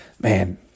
man